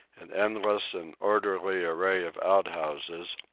an endless and orderly array of outhouses,